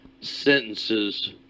sentences